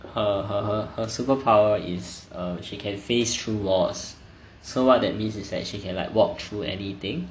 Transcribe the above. her her her her superpower is err she can phase through walls so what that means is that she can like walk through anything